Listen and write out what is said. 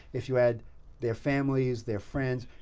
if you add their families, their friends,